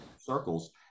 circles